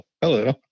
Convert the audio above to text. hello